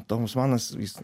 tomas manas jis